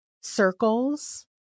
circles